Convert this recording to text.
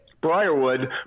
Briarwood